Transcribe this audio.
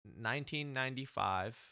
1995